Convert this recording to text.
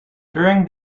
during